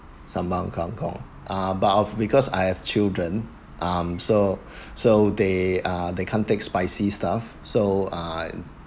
sambal kang kong ah but off because I have children um so so they uh they can't take spicy stuff so uh